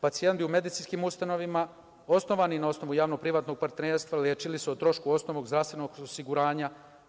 Pacijenti bi u medicinskim ustanovama, osnovanim na osnovu javno-privatnog partnerstva, lečili se o trošku osnovnog zdravstvenog osiguranja.